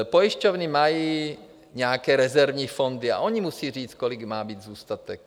Pojišťovny mají nějaké rezervní fondy a ony musejí říct, kolik má být zůstatek.